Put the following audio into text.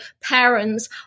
parents